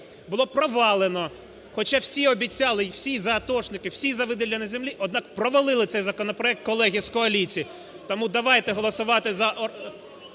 було провалено. Хоча всі обіцяли, всі за атошників, всі за виділення землі, однак провалили цей законопроект колеги з коаліції. Тому давайте голосувати.